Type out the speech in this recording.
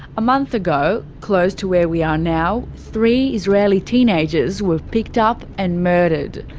a month ago, close to where we are now, three israeli teenagers were picked up and murdered.